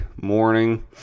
morning